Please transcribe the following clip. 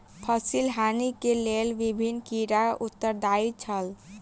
फसिल हानि के लेल विभिन्न कीड़ा उत्तरदायी छल